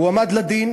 הוא הועמד לדין,